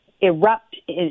erupt